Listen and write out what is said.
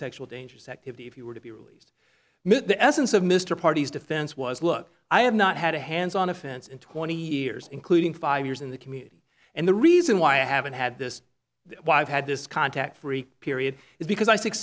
sexual dangerous activity if you were to be released the essence of mr parties defense was look i have not had a hands on offense in twenty years including five years in the community and the reason why i haven't had this why i've had this contact free period is because i